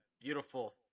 beautiful